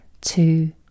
two